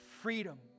freedom